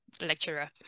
lecturer